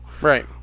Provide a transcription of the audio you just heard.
Right